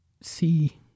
see